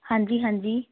ਹਾਂਜੀ ਹਾਂਜੀ